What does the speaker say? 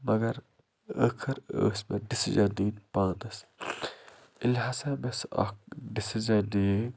مگر ٲخٕر ٲس مےٚ ڈِسیٖجَن نِنۍ پانَس ییٚلہِ ہسا مےٚ سُہ اکھ ڈِسیٖجَن نِیے